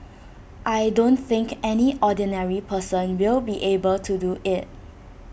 I don't think any ordinary person will be able to do IT